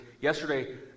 Yesterday